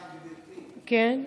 חברי כנסת,